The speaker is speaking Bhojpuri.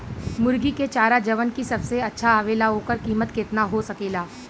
मुर्गी के चारा जवन की सबसे अच्छा आवेला ओकर कीमत केतना हो सकेला?